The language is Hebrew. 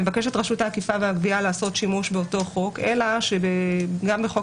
מבקשת רשות האכיפה והגבייה לעשות שימוש באותו חוק אלא שגם בחוק